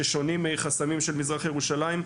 ששונים מהחסמים של מזרח ירושלים.